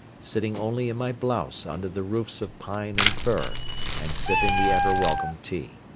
sitting only in my blouse under the roofs of pine and fir and sipping the ever welcome tea.